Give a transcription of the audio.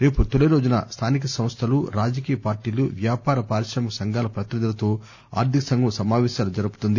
రేపు తొలిరోజున స్థానిక సంస్థలు రాజకీయ పార్టీలు వ్యాపార పారిశ్రామిక సంఘాల ప్రతినిధులతో ఆర్థిక సంఘం సమావేశాలు జరుపుతుంది